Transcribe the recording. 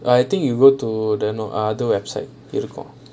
I think you go to the err no other websites protocol